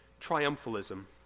triumphalism